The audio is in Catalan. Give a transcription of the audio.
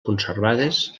conservades